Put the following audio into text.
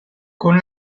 con